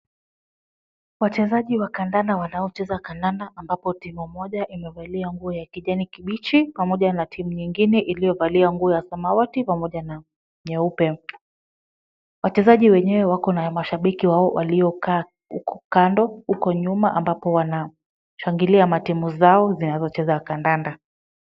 Wachezaji wa kandanda wanaocheza kandanda ambapo timu moja imevalia nguo ya kijani kibichi pamoja na timu nyingine iliyovalia nguo ya samawati pamoja na nyeupe. Wachezaji wenyewe wako na mashabiki wao waliokaa uko kando, uko nyuma ambako wanashangilia timu zao zinazocheza kandanda.